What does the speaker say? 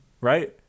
right